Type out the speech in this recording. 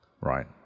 Right